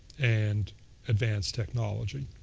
and advanced technology.